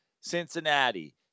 cincinnati